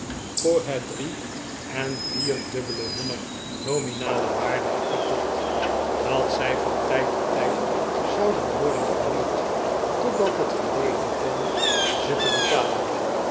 voor het drie eh vierdubbele hunner nominale waarde heb gekocht dat zij van tijd tot tijd zouden worden vernieuwd totdat het gelegen kwam ze te betalen